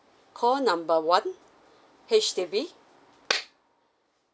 call number one H_D_B